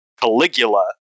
Caligula